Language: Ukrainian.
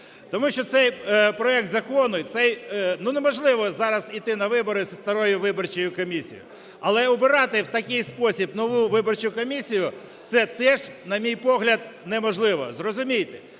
Тому що цей проект Закону… Ну, неможливо зараз іти на вибори з старою виборчою комісією. Але і обирати в такий спосіб нову виборчу комісію - це теж, на мій погляд, неможливо. Зрозумійте,